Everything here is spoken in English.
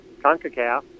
CONCACAF